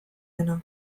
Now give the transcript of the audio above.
dena